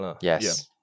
Yes